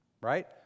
right